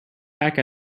back